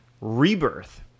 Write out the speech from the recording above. Rebirth